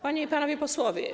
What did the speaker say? Panie i Panowie Posłowie!